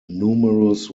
numerous